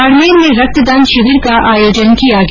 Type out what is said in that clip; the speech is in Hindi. बाड़मेर में रक्तदान शिविर का आयोजन किया गया